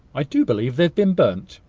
i do believe they have been burnt.